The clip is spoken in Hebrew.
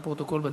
לפרוטוקול,